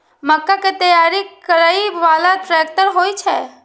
मक्का कै तैयार करै बाला ट्रेक्टर होय छै?